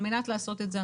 על מנת לעשות את זה,